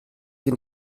une